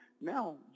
now